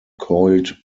coiled